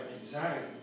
anxiety